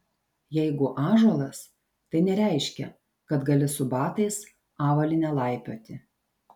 jeigu ąžuolas tai nereiškia kad gali su batais avalyne laipioti